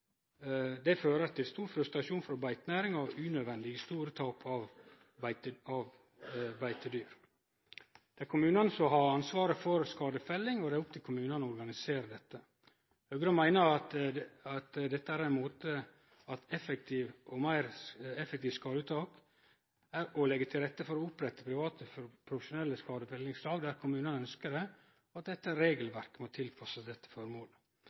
Det fører til stor frustrasjon frå beitenæringa og til unødvendig store tap av beitedyr. Det er kommunane som har ansvaret for skadefelling, og det er opp til kommunane å organisere dette. Høgre meiner at ein måte å få meir effektive skadeuttak på er å legge til rette for å opprette private/profesjonelle skadefellingslag der kommunane ønskjer det, og at regelverket må tilpassast dette føremålet.